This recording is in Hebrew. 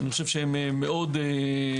אני חושב שהם מאוד מרשימים.